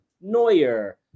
neuer